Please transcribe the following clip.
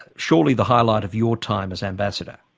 surely the highlight of your time as ambassador?